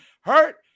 hurt